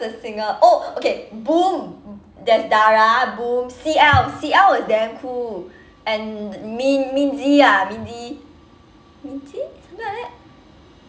the singer oh okay boom there's dara boom C_L C_L was damn cool and min~ minzy ah minzy minzy something like that